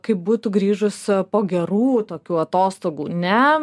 kaip būtų grįžus po gerų tokių atostogų ne